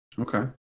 Okay